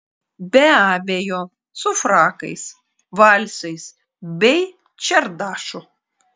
be abejo su frakais valsais bei čardašu